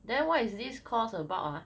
then what is this course about ah